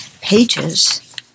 pages